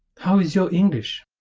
how is your english?